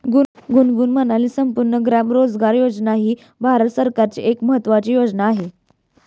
गुनगुन म्हणाले, संपूर्ण ग्राम रोजगार योजना ही भारत सरकारची एक महत्त्वाची योजना आहे